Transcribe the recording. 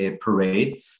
parade